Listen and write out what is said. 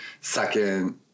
second